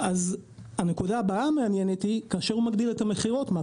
אז השאלה היא מה קורה כאשר הוא מגדיל את המכירות.